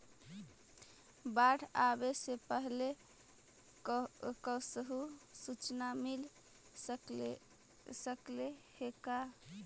बाढ़ आवे से पहले कैसहु सुचना मिल सकले हे का?